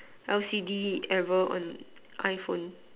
L_C_D ever on I phone